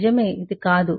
నిజమే ఇది కాదు